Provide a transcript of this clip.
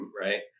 right